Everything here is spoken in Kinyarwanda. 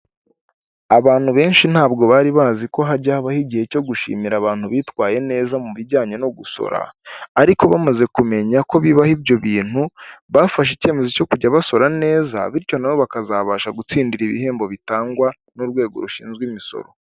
Abantu benshi ntabwo bari bazi ko hajya habaho igihe cyo gushimira abantu bitwaye neza mu bijyanye no gusora ariko bamaze kumenya ko bibaho ibyo bintu, bafashe icyemezo cyo kujya basora neza bityo n'abo bakazabasha gutsindira ibihembo bitangwa n'urwego rushinzwe imisoro.